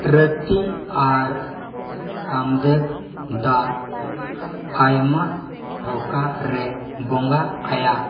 ᱨᱟᱹᱛᱤ ᱟᱨ ᱠᱟᱢᱫᱮᱵ ᱫᱟ ᱟᱭᱢᱟ ᱴᱷᱚᱠᱟ ᱨᱮ ᱵᱚᱸᱜᱟ ᱟᱭᱟ